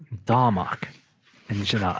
da mock and you know